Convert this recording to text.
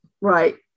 Right